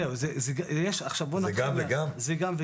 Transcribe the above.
זה גם וגם.